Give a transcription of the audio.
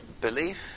belief